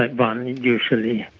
like but usually